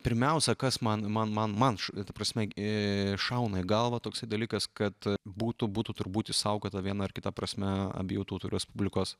pirmiausia kas man man man man ta prasme šauna į galvą toksai dalykas kad būtų būtų turbūt išsaugota viena ar kita prasme abiejų tautų respublikos